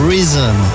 Reason